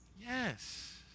Yes